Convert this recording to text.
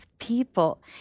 People